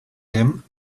him